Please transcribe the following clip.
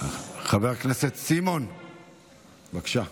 חבר הכנסת סימון, בבקשה.